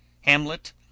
HAMLET